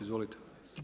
Izvolite.